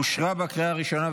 התשפ"ד 2024,